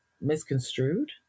misconstrued